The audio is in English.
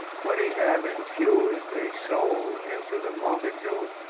could he have infused a soul into the multitude,